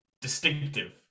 distinctive